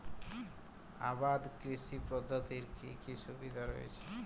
আবাদ কৃষি পদ্ধতির কি কি সুবিধা রয়েছে?